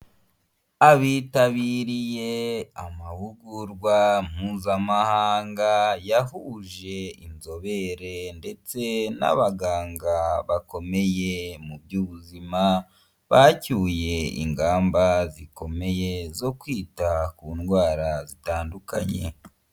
Abitabiriye amahugurwa mpuzamahanga, yahuje inzobere ndetse n'abaganga bakomeye mu by'ubuzima, bacyuye ingamba zikomeye zo kwita ku ndwara zitandukanye.